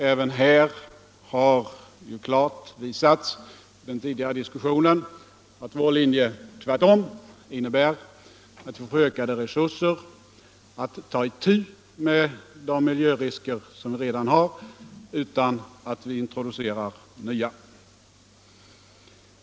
Även här har klart visats i den tidigare diskussionen att vår linje tvärtom innebär att vi får ökade resurser att ta itu med de miljörisker vi redan har utan att introducera nya.